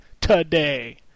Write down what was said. today